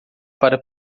para